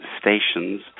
stations